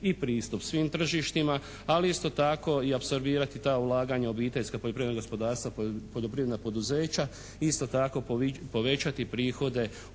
i pristup svim tržištima ali isto tako i apsorbirati ta ulaganja obiteljska, poljoprivredna gospodarstva, poljoprivredna poduzeća isto tako povećati prihode